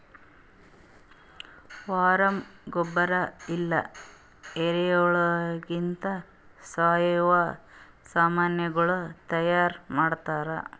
worm ಗೊಬ್ಬರ ಇಲ್ಲಾ ಎರೆಹುಳಗೊಳಿಂದ್ ಸಾವಯವ ಸಾಮನಗೊಳ್ ತೈಯಾರ್ ಮಾಡ್ತಾರ್